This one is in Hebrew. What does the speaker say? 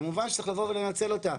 כמובן שצריך לבוא ולנצל אותה.